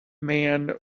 man